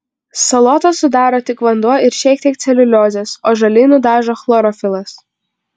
salotas sudaro tik vanduo ir šiek tiek celiuliozės o žaliai nudažo chlorofilas